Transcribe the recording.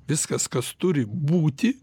viskas kas turi būti